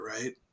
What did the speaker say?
right